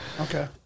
Okay